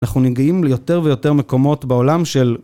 אנחנו ניגעים ליותר ויותר מקומות בעולם של...